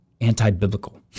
anti-biblical